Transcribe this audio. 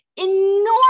enormous